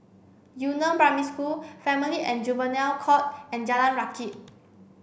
Yu Neng Primary School Family and Juvenile Court and Jalan Rakit